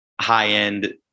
high-end